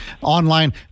online